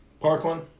Parkland